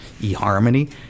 eHarmony